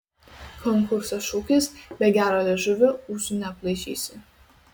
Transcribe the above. konkurso šūkis be gero liežuvio ūsų neaplaižysi